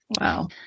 Wow